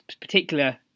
particular